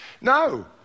no